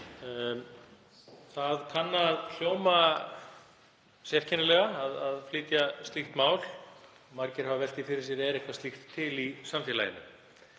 Það kann að hljóma sérkennilega að flytja slíkt mál. Margir hafa velt fyrir sér: Er eitthvað slíkt til í samfélaginu?